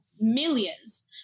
millions